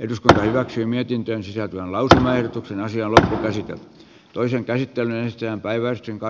eduskunta hyväksyi mietintönsä kannalta asialla toisen käsittelyn sijaan päiväys jonka